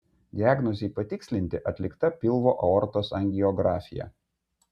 diagnozei patikslinti atlikta pilvo aortos angiografija